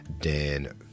Dan